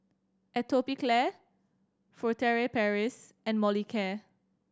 Atopiclair Furtere Paris and Molicare